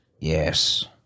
Yes